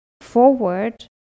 forward